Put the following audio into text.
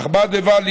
אך בד בבד,